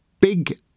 big